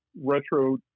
retro